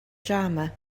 drama